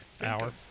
Hour